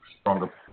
stronger